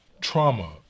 trauma